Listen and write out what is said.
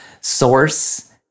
source